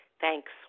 thanks